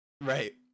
Right